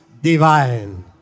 Divine